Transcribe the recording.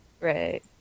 Right